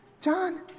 John